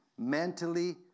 Mentally